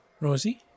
Rosie